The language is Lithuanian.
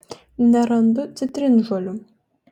nerandu citrinžolių